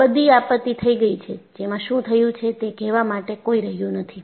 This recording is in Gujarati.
આ બધી આપત્તિ થઈ ગઈ છે જેમાં શું થયું છે તે કહેવા માટે કોઈ રહ્યું નથી